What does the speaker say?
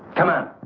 come out.